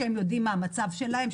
שיודעים מה המצב שלהן,